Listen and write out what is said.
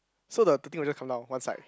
so the the thing will just come down one side